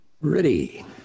Ready